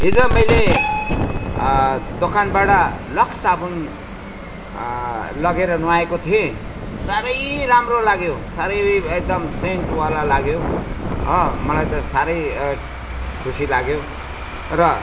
हिजो मैले दोकानबाट लक्स साबुन लगेर नुहाएको थिएँ साह्रै राम्रो लाग्यो साह्रै एकदम सेन्टवाला लाग्यो मलाई त साह्रै खुसी लाग्यो र